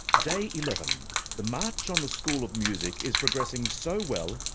day eleven the march on the school of music is progressing so well,